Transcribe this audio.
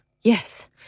yes